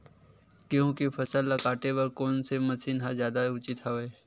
गेहूं के फसल ल काटे बर कोन से मशीन ह जादा उचित हवय?